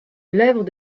l’œuvre